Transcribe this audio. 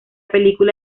película